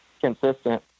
consistent